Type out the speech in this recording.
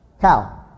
Cow